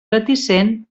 reticent